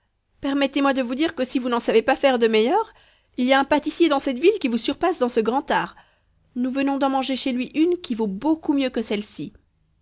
permettez-moi de vous dire que si vous n'en savez pas faire de meilleures il y a un pâtissier dans cette ville qui vous surpasse dans ce grand art nous venons d'en manger chez lui une qui vaut beaucoup mieux que celle-ci